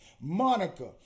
monica